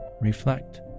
reflect